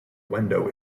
window